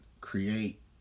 create –